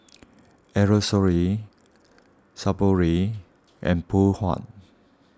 Aerosoles Sephora and Phoon Huat